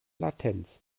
latenz